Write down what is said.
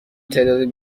تعداد